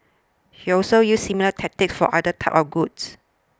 she also used similar tactics for other types of goods